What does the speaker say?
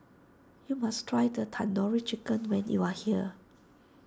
you must try the Tandoori Chicken when you are here